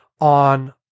on